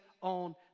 on